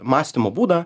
mąstymo būdą